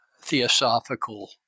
theosophical